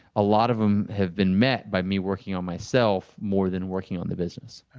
a lot of them have been met by me working on myself more than working on the business.